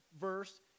verse